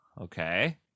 Okay